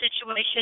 situation